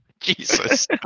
Jesus